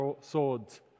swords